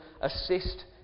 assist